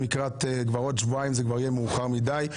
עוד שבועיים זה כבר יהיה מאוחר מדי,